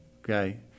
okay